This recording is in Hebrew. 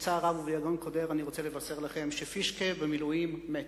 בצער רב וביגון קודר אני רוצה לבשר לכם ש"פישקה במילואים" מת.